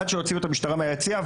עד שהוציאו את המשטרה מהיציע.